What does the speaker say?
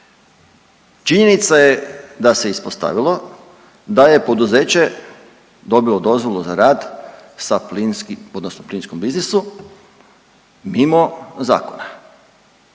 Činjenica je da se ispostavilo da je poduzeće dobilo dozvolu za rad sa plinskim odnosno plinskom